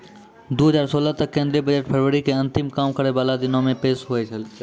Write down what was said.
दु हजार सोलह तक केंद्रीय बजट फरवरी के अंतिम काम करै बाला दिनो मे पेश होय छलै